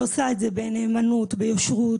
היא עושה את זה בנאמנות, ביושרה, באמת.